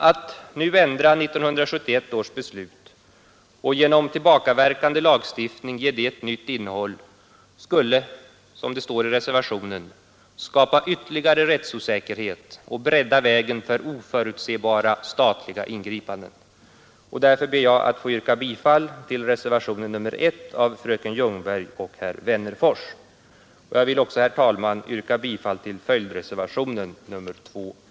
Att nu ändra 1971 års beslut och genom tillbakaverkande lagstiftning ge det ett nytt innehåll skulle, som det står i reservationen, skapa ytterligare rättsosäkerhet och bredda vägen för oförutsebara statliga ingripanden. Därför ber jag att få yrka bifall till reservationen 1 av fröken Ljungberg och herr Wennerfors. Jag vill också yrka bifall till följdreservationen 2 b.